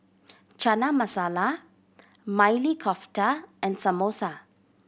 Chana Masala Maili Kofta and Samosa